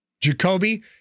Jacoby